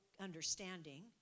understanding